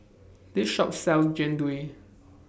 This Shop sells Jian Dui